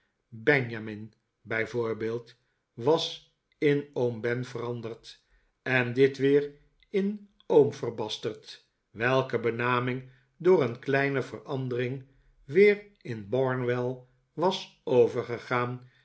benjamin bij voorbeeld was in oom ben veranderd en dit weer in oom verbasterd welke benaming door een kleine verandering weer in barnwell was overgegaan